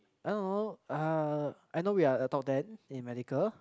I don't know uh I know we are the top ten in medical